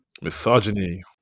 misogyny